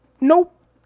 nope